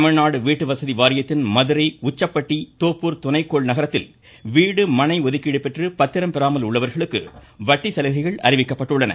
தமிழ்நாடு வீட்டுவசதி வாரியத்தின் மதுரை உச்சப்பட்டி தோப்பூர் துணைக்கோள் நகரத்தில் வீடு மனை ஒதுக்கீடு பெற்று பத்திரம் பெறாமல் உள்ளவர்களுக்கு வட்டி சலுகைகள் அறிவிக்கப்பட்டுள்ளன